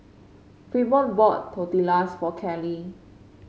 Fremont bought Tortillas for Kelly